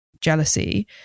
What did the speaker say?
jealousy